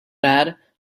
bad